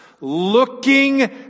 Looking